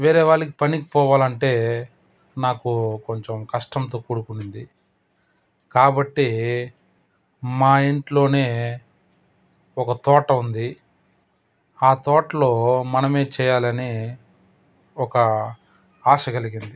వేరేవాళ్ళకి పనికి పోవాలంటే నాకు కొంచెం కష్టంతో కూడుకున్నది కాబట్టీ మా ఇంట్లోనే ఒక తోట ఉంది ఆ తోటలో మనమే చెయ్యాలని ఒక ఆశ కలిగింది